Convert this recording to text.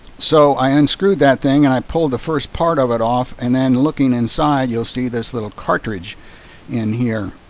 so i unscrewed that thing and i pulled the first part of it off. and then looking inside, you'll see this little cartridge in here.